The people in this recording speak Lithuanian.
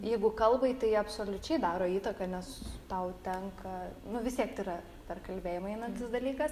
jeigu kalbai tai absoliučiai daro įtaką nes tau tenka nu vis tiek tai yra per kalbėjimą einantis dalykas